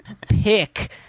pick